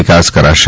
વિકાસ કરાશે